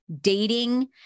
dating